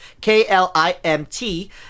K-L-I-M-T